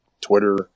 Twitter